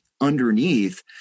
underneath